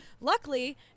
Luckily